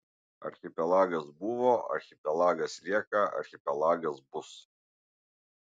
archipelagas buvo archipelagas lieka archipelagas bus